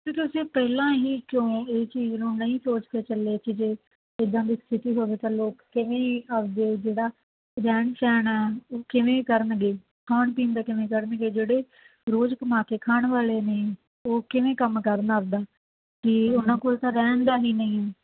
ਅਤੇ ਤੁਸੀਂ ਉਹ ਪਹਿਲਾਂ ਹੀ ਕਿਉਂ ਇਹ ਚੀਜ਼ ਨੂੰ ਨਹੀਂ ਸੋਚ ਕੇ ਚੱਲੇ ਕਿ ਜੇ ਇੱਦਾਂ ਦੀ ਸਥਿਤੀ ਹੋਵੇ ਤਾਂ ਲੋਕ ਕਿਵੇਂ ਆਪਣੇ ਜਿਹੜਾ ਰਹਿਣ ਸਹਿਣ ਆ ਉਹ ਕਿਵੇਂ ਕਰਨਗੇ ਖਾਣ ਪੀਣ ਦਾ ਕਿਵੇਂ ਕਰਨਗੇ ਜਿਹੜੇ ਰੋਜ਼ ਕਮਾ ਕੇ ਖਾਣ ਵਾਲੇ ਨੇ ਉਹ ਕਿਵੇਂ ਕੰਮ ਕਰਨ ਆਪਣਾ ਅਤੇ ਉਹਨਾਂ ਕੋਲ ਤਾਂ ਰਹਿਣ ਦਾ ਹੀ ਨਹੀਂ